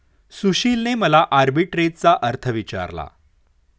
सुशीलने मला आर्बिट्रेजचा अर्थ विचारला